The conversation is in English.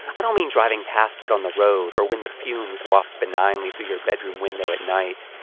i don't mean driving past it on the road, or when the fumes waft benignly through your bedroom window at night.